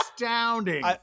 astounding